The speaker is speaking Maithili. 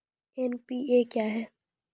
एन.पी.ए क्या हैं?